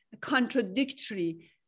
contradictory